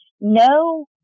no